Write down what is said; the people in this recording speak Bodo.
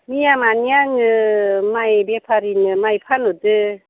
मैया मानि आङो माइ बेफारिनो माइ फानहरदो